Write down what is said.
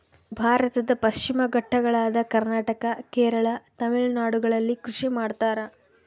ಭಾರತದ ಪಶ್ಚಿಮ ಘಟ್ಟಗಳಾದ ಕರ್ನಾಟಕ, ಕೇರಳ, ತಮಿಳುನಾಡುಗಳಲ್ಲಿ ಕೃಷಿ ಮಾಡ್ತಾರ?